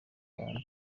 w’abandi